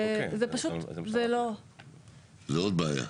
זו עוד בעיה.